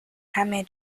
همه